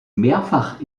mehrfach